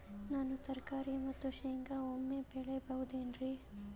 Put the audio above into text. ನಾನು ತರಕಾರಿ ಮತ್ತು ಶೇಂಗಾ ಒಮ್ಮೆ ಬೆಳಿ ಬಹುದೆನರಿ?